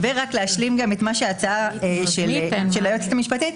ורק כדי להשלים את הצעת היועצת המשפטית: